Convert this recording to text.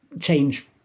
change